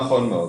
נכון מאוד.